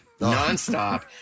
nonstop